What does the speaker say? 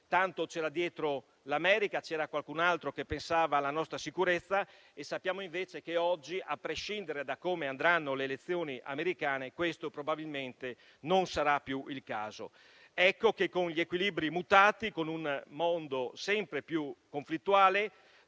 tanto c'era dietro l'America, che c'era qualcun altro che pensava alla nostra sicurezza; sappiamo invece che oggi, a prescindere da come andranno le elezioni americane, questo probabilmente non sarà più il caso. Ecco che, con gli equilibri mutati e con un mondo sempre più conflittuale,